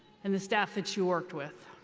and the staff that you worked with.